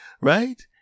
right